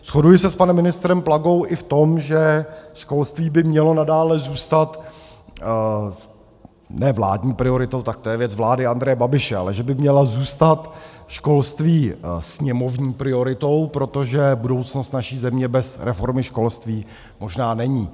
Shoduji se s panem ministrem Plagou i v tom, že školství by mělo nadále zůstat ne vládní prioritou, to je věc vlády Andreje Babiše, ale že by mělo zůstat školství sněmovní prioritou, protože budoucnost naší země bez reformy školství možná není.